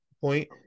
point